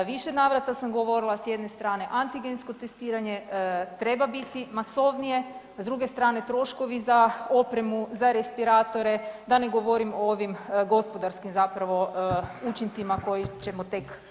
U više navrata sam govorila s jedne strane antigensko testiranje treba biti masovnije, a s druge strane troškovi za opremu, za respiratore, da ne govorim o ovim gospodarskim zapravo učincima koje ćemo tek